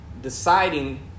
deciding